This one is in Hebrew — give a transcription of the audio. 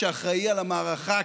שאחראי על המערכה,